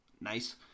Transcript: nice